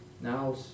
now